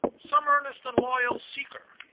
some earnest and loyal seeker,